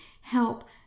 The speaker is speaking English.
help